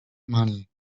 money